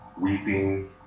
weeping